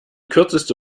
kürzeste